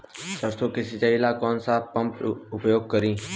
सरसो के सिंचाई ला कौन सा पंप उपयोग करी?